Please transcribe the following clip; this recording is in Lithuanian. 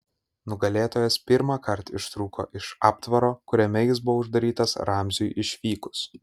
nugalėtojas pirmąkart ištrūko iš aptvaro kuriame jis buvo uždarytas ramziui išvykus